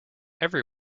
every